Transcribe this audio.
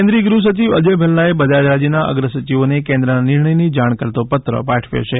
કેન્દ્રીય ગૃહ સચિવ અજય ભલ્લાએ બધા જ રાજ્યોના અગ્રસચિવોને કેન્દ્રના નિર્ણયની જાણ કરતો પત્ર પાઠવ્યો છે